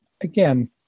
again